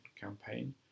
campaign